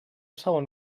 segon